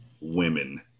women